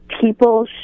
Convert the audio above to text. people